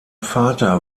vater